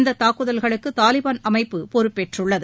இந்ததாக்குதல்களுக்குதாலிபான் அமைப்பு பொறுப்பேற்றுள்ளது